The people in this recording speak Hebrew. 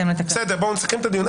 בסדר, בואו נסכם את הדיון.